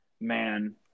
man